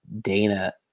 Dana